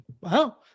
Wow